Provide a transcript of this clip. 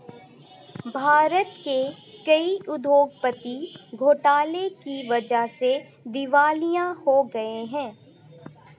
भारत के कई उद्योगपति घोटाले की वजह से दिवालिया हो गए हैं